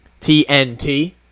TNT